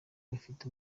bafite